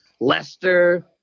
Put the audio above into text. Lester